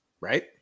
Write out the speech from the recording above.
right